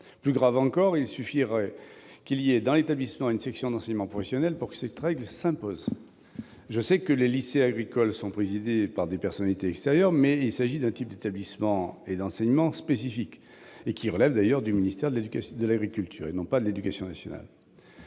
Plus grave encore, il suffirait qu'il y ait, dans l'établissement, une section d'enseignement professionnel pour que cette règle s'impose. Je le sais, le conseil d'administration des lycées agricoles est présidé par des personnalités extérieures, mais il s'agit d'un type spécifique d'établissement et d'enseignement, qui relève d'ailleurs du ministère de l'agriculture et non de celui de l'éducation nationale.